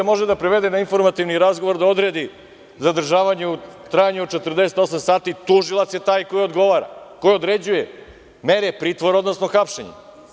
Policija može da privede na informativni razgovor, da odredi zadržavanje u trajanju od 48 sati, tužilac je taj koji određuje mere pritvora, odnosno hapšenje.